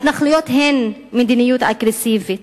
ההתנחלויות הן מדיניות אגרסיבית.